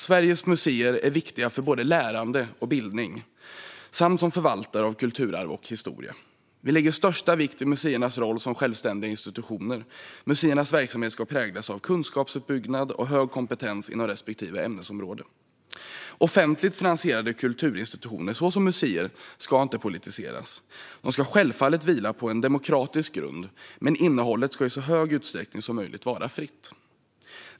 Sveriges museer är viktiga för både lärande och bildning samt som förvaltare av kulturarv och historia. Vi lägger största vikt vid museernas roll som självständiga institutioner. Museernas verksamhet ska präglas av kunskapsuppbyggnad och hög kompetens inom respektive ämnesområde. Offentligt finansierade kulturinstitutioner, såsom museer, ska inte politiseras. De ska självfallet vila på en demokratisk grund, men innehållet ska i så stor utsträckning som möjligt vara fritt.